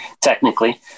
technically